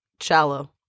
Shallow